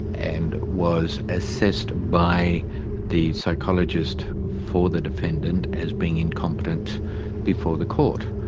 and was assessed by the psychologist for the defendant as being incompetent before the court.